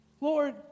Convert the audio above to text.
Lord